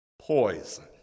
poison